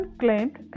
claimed